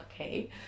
okay